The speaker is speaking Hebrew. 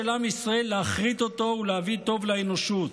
עם ישראל להכרית אותו ולהביא טוב לאנושות,